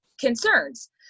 concerns